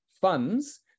funds